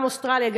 גם באוסטרליה,